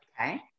Okay